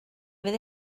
fydd